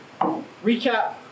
recap